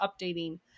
updating